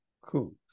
cool